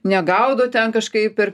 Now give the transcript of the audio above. negaudo ten kažkaip ir